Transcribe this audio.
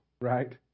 right